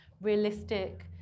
realistic